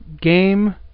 Game